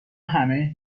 همه